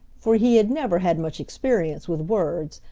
for he had never had much experience with words,